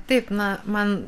taip na man